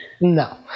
No